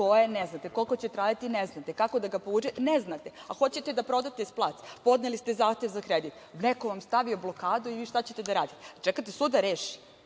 ko je - ne znate, koliko će trajati - ne znate, kako da ga povučete - ne znate, a hoćete da prodate plac, podneli ste zahtev za kredit, neko vam stavio blokadu i vi šta ćete da radite? Da čekate sud da reši?